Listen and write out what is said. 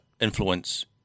influence